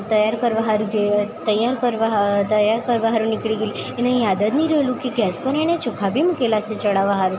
તૈયાર કરવા હારું ગઈ હોય તૈયાર કરવા તૈયાર કરવા માટે નીકળી ગઈ એને યાદ જ નહીં રહેલું કે ગેસ પર એણે ચોખા બી મૂકેલાં છે ચડાવવા માટે